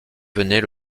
venait